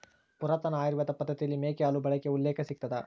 ಪುರಾತನ ಆಯುರ್ವೇದ ಪದ್ದತಿಯಲ್ಲಿ ಮೇಕೆ ಹಾಲು ಬಳಕೆಯ ಉಲ್ಲೇಖ ಸಿಗ್ತದ